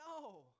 No